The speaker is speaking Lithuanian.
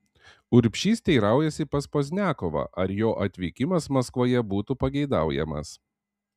urbšys teiraujasi pas pozniakovą ar jo atvykimas maskvoje būtų pageidaujamas